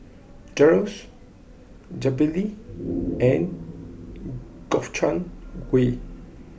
Gyros Jalebi and Gobchang Gui